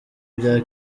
bya